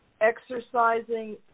exercising